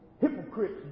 hypocrites